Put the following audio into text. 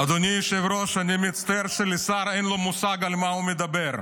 אדוני היושב-ראש אני מצטער שלשר אין מושג על מה הוא מדבר.